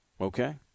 Okay